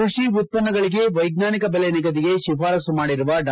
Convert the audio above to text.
ಕೃಷಿ ಉತ್ಪನ್ನಗಳಿಗೆ ವೈಜ್ಞಾನಿಕ ಬೆಲೆ ನಿಗದಿಗೆ ಶಿಫಾರಸು ಮಾಡಿರುವ ಡಾ